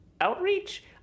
outreach